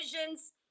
visions